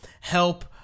help